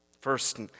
First